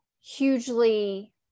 hugely